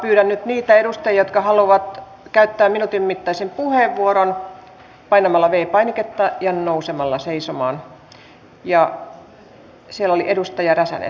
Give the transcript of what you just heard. pyydän nyt niitä edustajia jotka haluavat käyttää minuutin mittaisen puheenvuoron painamaan v painiketta ja nousemaan seisomaan